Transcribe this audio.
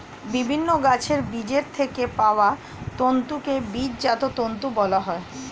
বিভিন্ন গাছের বীজের থেকে পাওয়া তন্তুকে বীজজাত তন্তু বলা হয়